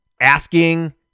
asking